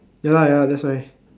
ya lah ya lah that's why